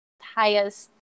highest